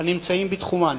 הנמצאים בתחומן.